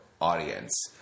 audience